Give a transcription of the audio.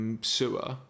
sewer